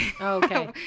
Okay